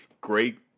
great